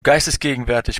geistesgegenwärtig